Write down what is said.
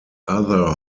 other